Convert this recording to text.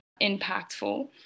impactful